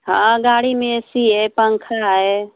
हाँ गाड़ी में ए सी है पंखा है